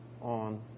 on